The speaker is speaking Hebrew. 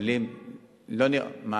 מטופלים כפול.